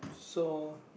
so